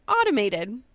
automated